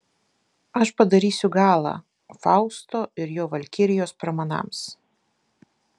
aš padarysiu galą fausto ir jo valkirijos pramanams